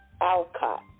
Alcott